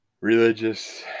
Religious